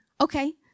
okay